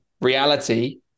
reality